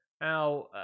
now